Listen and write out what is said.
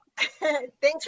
Thanks